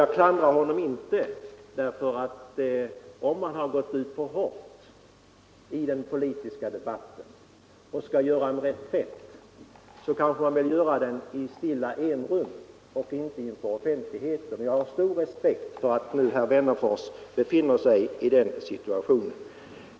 Jag klandrar honom inte, ty om man har gått ut för hårt i den politiska debatten och skall göra en reträtt, bör man kanske göra den i enrum och inte inför offentligheten. Jag har därför stor förståelse för herr Wennerfors när han nu befinner sig i den situationen.